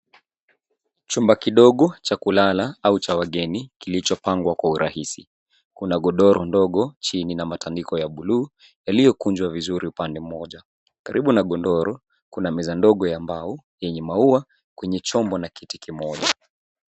Jumba kidogo cha kulala au cha wageni kilicho pangwa kwa urahizi. Kuna godoro ndogo jini na matandiko ya bluu, yaliyo kunjwa vizuri upande moja. Karibu na godoro kuna meza ndogo ya mbao enye mau kwenye chombo na kiti kimoja.